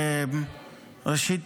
ראשית,